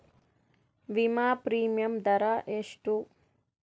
ವಿಮಾ ಪ್ರೀಮಿಯಮ್ ದರಾ ಎಷ್ಟು?